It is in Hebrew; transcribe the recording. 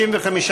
התשע"ה 2015,